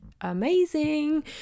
amazing